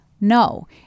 No